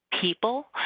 people